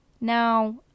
now